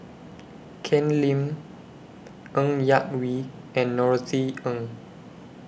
Ken Lim Ng Yak Whee and Norothy Ng